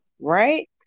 Right